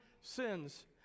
sins